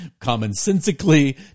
commonsensically